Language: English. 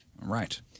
right